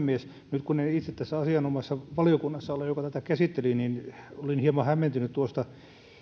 nyt kun en itse ole tässä asianomaisessa valiokunnassa joka tätä käsitteli niin olin hieman hämmentynyt tuosta